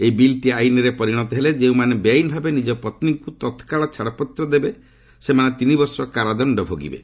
ଏହି ବିଲ୍ଟି ଆଇନ୍ରେ ପରିଣତ ହେଲେ ଯେଉଁମାନେ ବେଆଇନ୍ ଭାବେ ନିଜ ପତ୍ନୀଙ୍କୁ ତତ୍କାଳ ଛାଡ଼ପତ୍ର ଦେବେ ସେମାନେ ତିନିବର୍ଷ କାରଦଣ୍ଡ ଭୋଗିବେ